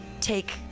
take